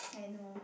I know